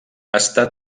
està